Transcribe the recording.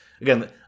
again